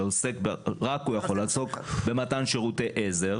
רק הוא יכול לעסוק במתן שירותי עזר